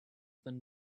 than